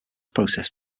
protests